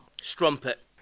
Strumpet